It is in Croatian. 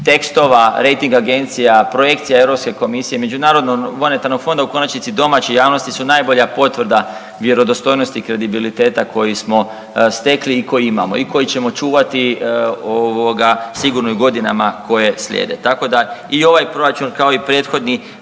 tekstova rejting agencija, projekcija EU komisije, Međunarodnog monetarnog fonda, u konačnici i domaće javnosti su najbolja potvrda vjerodostojnosti i kredibiliteta koji smo stekli i koji imamo i koji ćemo čuvati sigurno i godinama koje slijede, tako da i ovaj proračun, kao i prethodni,